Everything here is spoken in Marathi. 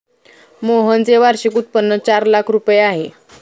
मोहनचे वार्षिक उत्पन्न चार लाख रुपये आहे